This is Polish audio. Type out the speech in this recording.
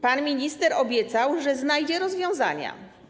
Pan minister obiecał, że znajdzie rozwiązania.